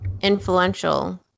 Influential